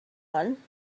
one